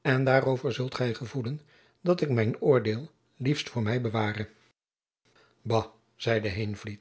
en daarover zult gy gevoelen dat ik mijn oordeel liefst voor my beware bah zeide heenvliet